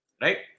Right